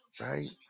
right